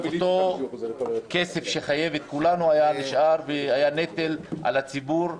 אותו כסף שחייבת כולנו היה נשאר והיה נטל על הציבור,